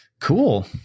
Cool